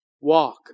walk